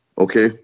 Okay